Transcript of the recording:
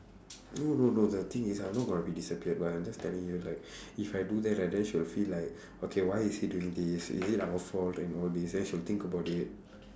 no no no the thing is I'm not going to be disappeared but I'm just telling you like if I do that right then she'll feel like okay why is he doing this is it our fault and all this then she will think about it